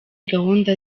gahunda